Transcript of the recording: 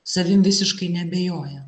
savim visiškai neabejoja